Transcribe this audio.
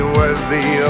worthy